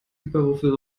hyperwürfel